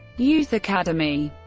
youth academy